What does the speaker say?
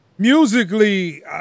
Musically